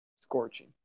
Scorching